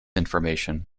information